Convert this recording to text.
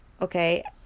Okay